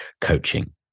coaching